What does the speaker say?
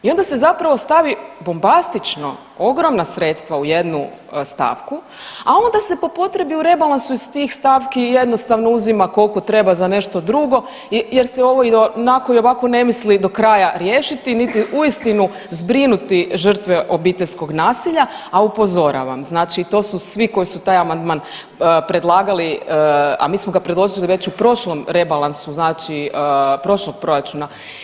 I onda se zapravo stavi bombastično ogromna sredstva u jednu stavku, a onda se po potrebi u rebalansu iz tih stavki jednostavno uzima koliko treba za nešto drugo jer se ovo i onako i ovako ne misli do kraja riješiti niti uistinu zbrinuti žrtve obiteljskog nasilja, a upozoravam znači to su svi koji su taj amandman predlagali, a mi smo ga predložili već u prošlom rebalansu, znači prošlog proračuna.